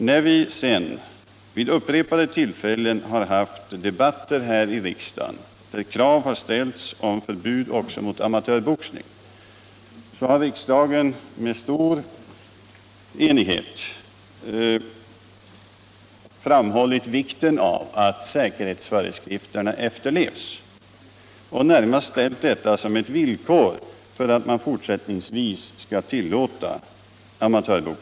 När vi sedan vid upprepade tillfällen har haft debatter här i riksdagen i anledning av att krav ställts på förbud också mot amatörboxning har riksdagen med stor enighet framhållit vikten av att säkerhetsföreskrifterna efterlevs. Det har nästan varit ett villkor för att amatörboxning fortsättningsvis skall tillåtas.